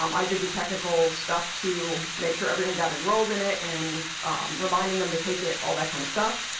um i did the technical stuff to make sure everyone got enrolled in it and reminding them to take it, all that kind of stuff.